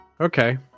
okay